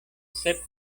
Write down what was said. sep